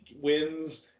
wins